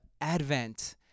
Advent